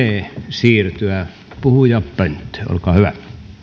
siirtyä puhujapönttöön olkaa hyvä